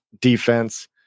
defense